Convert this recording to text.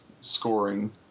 scoring